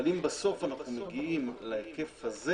אבל אם בסוף אנחנו מגיעים להיקף הזה